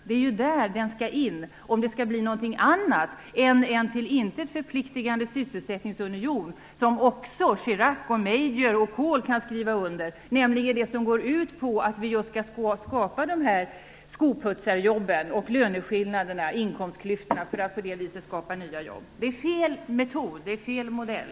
Det är ju där den skall in om det skall bli någonting annat än en till intet förpliktande sysselsättningsunion, som också Chirac, Major och Kohl kan skriva under på, och som går ut på att vi skall skapa skoputsarjobb, löneskillnader och inkomstklyftor för att på det viset skapa nya jobb. Det är fel metod. Det är fel modell.